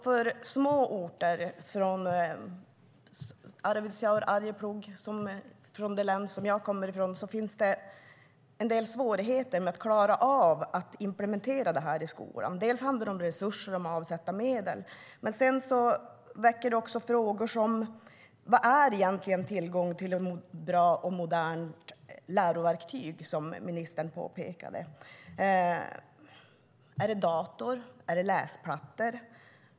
För små orter som Arvidsjaur och Arjeplog från det län jag kommer från finns det en del svårigheter med att klara av att implementera detta i skolan. Det handlar om resurser och att avsätta medel. Men det finns också frågor som: Vad är egentligen tillgång till bra och moderna lärverktyg, som ministern pekade på? Är det dator? Är det läsplattor?